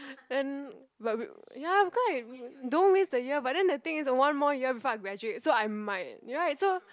then but will ya because I don't waste the year but then the thing is one more year before I graduate so I might you right so